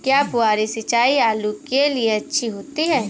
क्या फुहारी सिंचाई आलू के लिए अच्छी होती है?